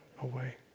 away